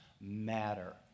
matter